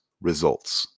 results